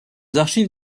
archives